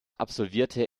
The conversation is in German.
absolvierte